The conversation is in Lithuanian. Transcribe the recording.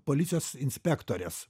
policijos inspektorės